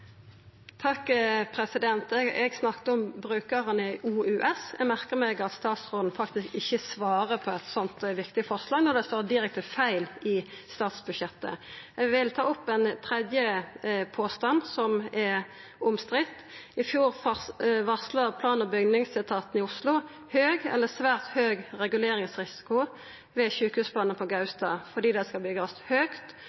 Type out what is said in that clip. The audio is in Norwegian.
Eg snakka om brukarane i OUS. Eg merkar meg at statsråden faktisk ikkje svarer på eit sånt viktig spørsmål, når det står direkte feil i statsbudsjettet. Eg vil ta opp ein tredje påstand som er omstridd. I fjor varsla plan- og bygningsetaten i Oslo høg eller svært høg reguleringsrisiko ved sjukehusplanane på